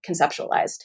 conceptualized